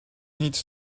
needs